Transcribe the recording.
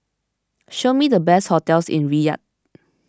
show me the best hotels in Riyadh